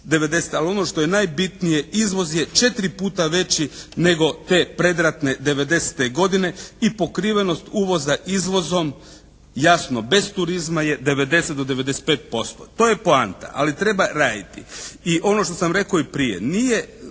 ali ono što je najbitnije izvoz je 4 puta veći nego te predratne '90. godine i pokrivenost uvoza izvozom jasno bez turizma je 90 do 95%. To je poanta. Ali treba raditi. I ono što sam rekao i prije, nije,